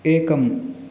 एकम्